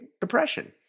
Depression